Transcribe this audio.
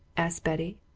asked betty.